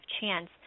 chance